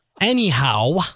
Anyhow